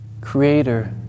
creator